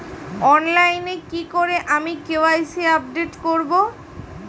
অনলাইনে কি করে আমি কে.ওয়াই.সি আপডেট করব?